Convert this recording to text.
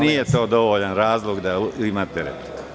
Nije to dovoljan razlog da imate repliku.